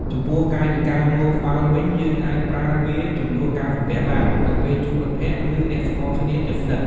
ចំពោះកាយវិការងក់ក្បាលវិញ យើងអាចប្រើវាជំនួសការសំពះបាន នៅពេលជួបមិត្តភក្តិ ឬអ្នកស្គាល់គ្នាជិតស្និទ្ធ។